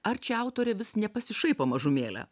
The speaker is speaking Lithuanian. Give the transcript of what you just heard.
ar čia autorė vis nepasišaipo mažumėlę